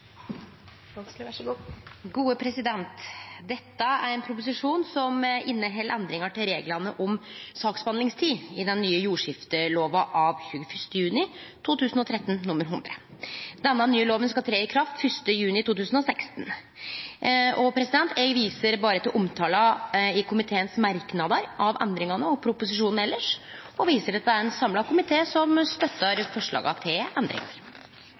med høringsrunden. Så jeg ser fram til en videre debatt om et viktig tema også i framtida. Da er debatten i sak nr. 4 avsluttet. Dette er ein proposisjon som inneheld endringar til reglane om saksbehandlingstid i den nye jordskiftelova av 21. juni 2013 nr. 100. Denne nye lova skal tre i kraft 1. januar 2016. Eg viser berre til omtala i komiteens merknadar av endringane og proposisjonen elles og til at det er